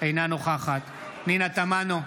אינה נוכחת פנינה תמנו,